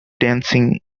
dancing